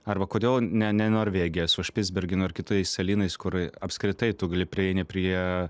arba kodėl ne ne norvegija su špicbergeno ir kitais salynais kur apskritai tu gali prieini prie